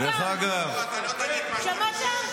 שמעת?